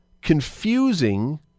confusing